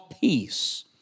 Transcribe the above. peace